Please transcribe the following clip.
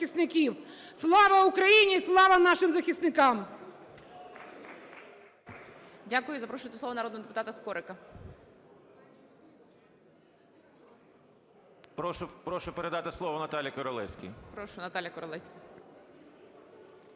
Слава Україні! Слава нашим захисникам!